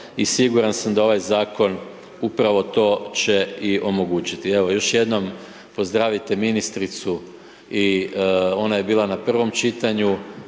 i siguran sam da ovaj zakon upravo to će i omogućiti. Evo još jednom, pozdravite ministricu i ona je bila na prvom čitanju,